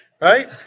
right